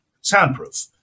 soundproof